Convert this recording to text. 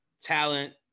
talent